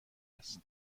است